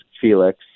Felix